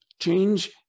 change